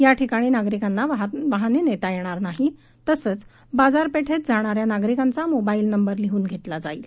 याठिकाणी नागरिकांना वाहने नेता येणार नाही तसंच बाजार पेठेत जाणाऱ्या नागरिकांचा मोबाईल नंबर लिहून घेतला जाईल